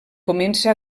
comença